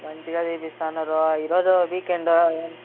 మంచిగా చూపిస్తున్నారు ఈరోజు వీకెండ్